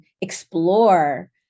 explore